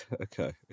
Okay